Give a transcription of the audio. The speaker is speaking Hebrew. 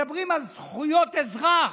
מדברים על זכויות אזרח.